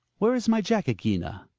where is my jacket, gina?